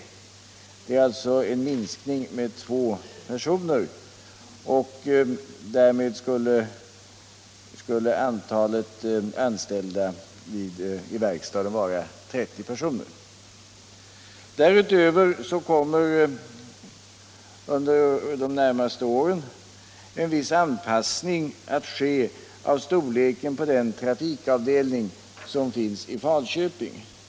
Det blir alltså en minskning med två personer, och därmed skulle antalet anställda i verkstaden vara 30 personer. Härutöver kommer under de närmaste åren en viss anpassning att ske av storleken på den trafikavdelning som finns i Falköping.